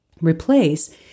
replace